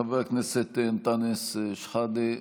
חבר הכנסת אנטאנס שחאדה,